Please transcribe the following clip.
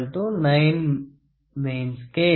S 1 V